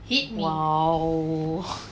!wow!